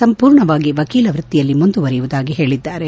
ಸಂಪೂರ್ಣವಾಗಿ ವಕೀಲ ವ್ಯಕ್ತಿಯಲ್ಲಿ ಮುಂದುವರಿಯುವುದಾಗಿ ಹೇಳದ್ಗಾರೆ